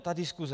Ta diskuse.